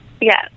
Yes